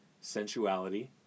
sensuality